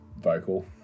vocal